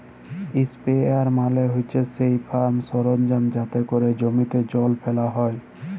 ইসপেরেয়ার মালে হছে সেই ফার্ম সরলজাম যাতে ক্যরে জমিতে জল ফ্যালা হ্যয়